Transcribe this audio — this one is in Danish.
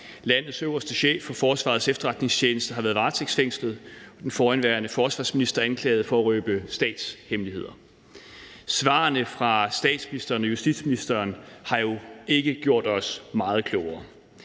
Landets øverste chef for Forsvarets Efterretningstjeneste har været varetægtsfængslet og den forhenværende forsvarsminister anklaget for at røbe statshemmeligheder. Svarene fra statsministeren og justitsministeren har jo ikke gjort os meget klogere.